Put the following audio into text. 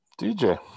DJ